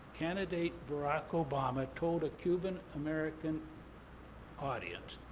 candidate barack obama told a cuban american audience